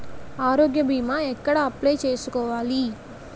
ఆరోగ్య భీమా ఎక్కడ అప్లయ్ చేసుకోవాలి?